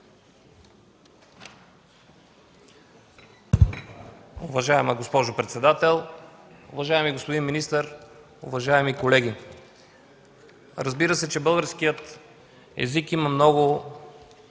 Уважаема госпожо председател, уважаеми господин министър, уважаеми колеги! Разбира се, че българският език има много